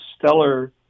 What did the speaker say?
stellar